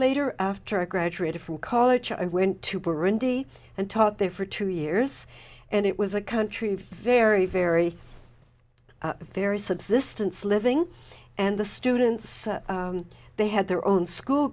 later after i graduated from college i went to burundi and taught there for two years and it was a country very very very subsistence living and the students they had their own school